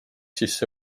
sisse